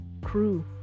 crew